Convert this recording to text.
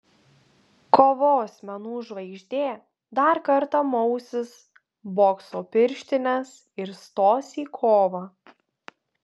kovos menų žvaigždė dar kartą mausis bokso pirštines ir stos į kovą